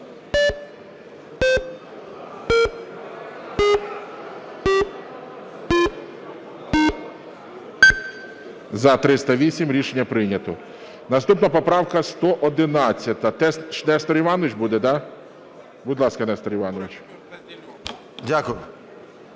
За-308 Рішення прийнято. Наступна поправка 111. Нестор Іванович буде, да? Будь ласка, Нестор Іванович.